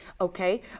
okay